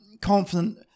confident